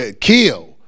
kill